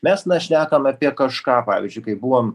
mes šnekam apie kažką pavyzdžiui kai buvom